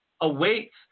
awaits